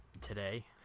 today